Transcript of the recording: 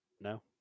No